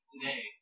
today